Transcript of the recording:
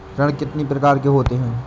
ऋण कितनी प्रकार के होते हैं?